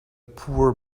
poor